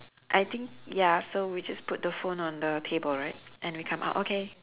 I think ya so we just put the phone on the table right and we come out okay